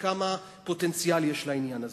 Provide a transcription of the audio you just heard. וכמה פוטנציאל יש לעניין הזה.